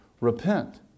repent